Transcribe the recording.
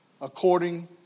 according